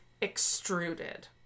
extruded